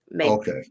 Okay